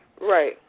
Right